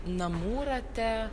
namų rate